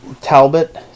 Talbot